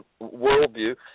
worldview